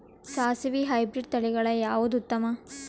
ಸಾಸಿವಿ ಹೈಬ್ರಿಡ್ ತಳಿಗಳ ಯಾವದು ಉತ್ತಮ?